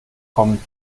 komm